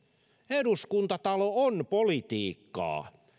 eduskuntatalo on politiikkaa